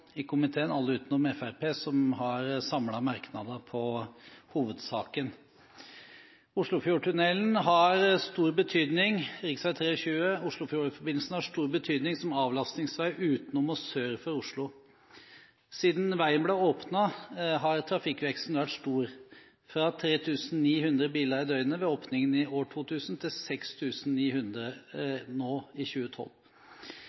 i komiteen – alle utenom Fremskrittspartiet – har samlede merknader til hovedsaken. Oslofjordtunnelen har stor betydning. Rv. 23 Oslofjordforbindelsen har stor betydning som avlastningsvei utenom og sør for Oslo. Siden veien ble åpnet, har trafikkveksten vært stor, fra 3 900 biler i døgnet ved åpningen i år 2000 til